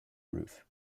roof